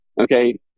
Okay